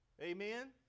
Amen